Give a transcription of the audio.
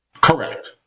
Correct